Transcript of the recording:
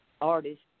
artist